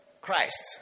Christ